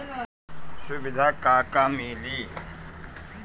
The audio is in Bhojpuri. सुविधा का का मिली?